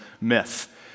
myth